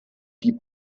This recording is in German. die